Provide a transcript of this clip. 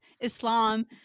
Islam